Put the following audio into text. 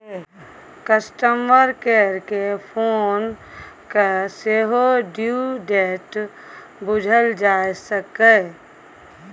customer care केँ phone कए सेहो ड्यु डेट बुझल जा सकैए